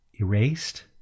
Erased